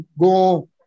go